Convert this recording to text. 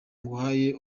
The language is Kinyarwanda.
nguhaye